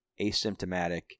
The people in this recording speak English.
asymptomatic